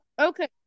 Okay